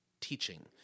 teaching